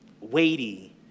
weighty